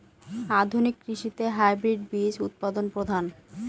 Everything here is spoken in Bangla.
আধুনিক কৃষিতে হাইব্রিড বীজ উৎপাদন প্রধান